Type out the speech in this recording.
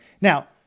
Now